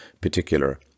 particular